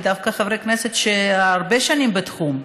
ודווקא חברי כנסת שהרבה שנים בתחום,